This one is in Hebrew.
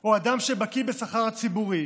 או אדם שבקי בשכר הציבורי,